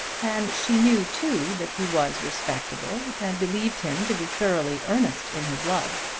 and she knew too that he was respectable, and believed him to be thoroughly earnest in his love.